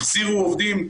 החזירו עובדים.